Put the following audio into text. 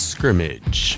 Scrimmage